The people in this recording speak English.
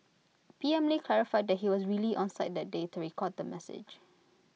P M lee clarified that he was really on site that day to record the message